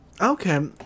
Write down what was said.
Okay